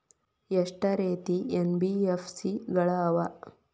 ಎಷ್ಟ ರೇತಿ ಎನ್.ಬಿ.ಎಫ್.ಸಿ ಗಳ ಅವ?